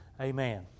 Amen